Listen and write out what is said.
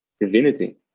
divinity